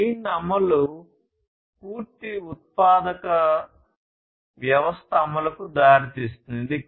lean అమలు పూర్తి ఉత్పాదక వ్యవస్థ అమలుకు దారితీస్తుంది